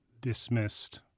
dismissed